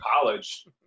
college